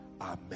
Amen